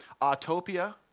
Autopia